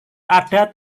ada